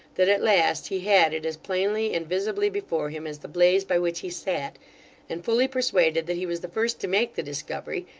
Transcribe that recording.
that at last he had it as plainly and visibly before him as the blaze by which he sat and, fully persuaded that he was the first to make the discovery,